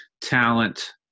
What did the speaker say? talent